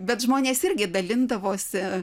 bet žmonės irgi dalindavosi